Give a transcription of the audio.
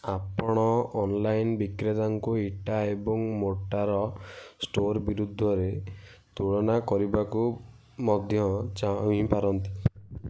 ଆପଣ ଅନଲାଇନ୍ ବିକ୍ରେତାଙ୍କୁ ଇଟା ଏବଂ ମୋର୍ଟାର୍ ଷ୍ଟୋର୍ ବିରୁଦ୍ଧରେ ତୁଳନା କରିବାକୁ ମଧ୍ୟ ଚାହିଁପାରନ୍ତି